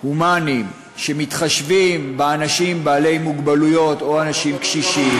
הומניים שמתחשבים באנשים בעלי מוגבלויות או אנשים קשישים,